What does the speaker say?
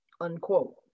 unquote